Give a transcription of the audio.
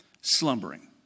Slumbering